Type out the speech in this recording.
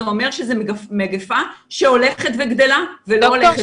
אומר שזה מגפה שהולכת וגדלה ולא הולכת וקטנה.